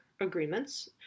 Agreements